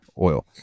oil